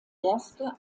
erste